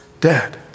Dead